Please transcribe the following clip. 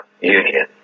union